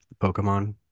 pokemon